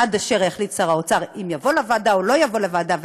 עד אשר יחליט שר האוצר אם יבוא לוועדה או לא יבוא לוועדה.